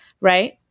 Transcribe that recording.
right